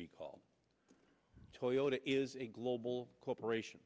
recall toyota is a global corporation